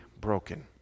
broken